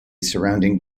surrounding